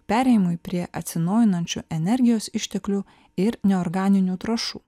perėjimui prie atsinaujinančių energijos išteklių ir neorganinių trąšų